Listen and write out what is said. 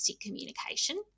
communication